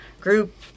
group